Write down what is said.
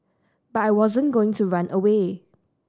but I wasn't going to run away